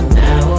now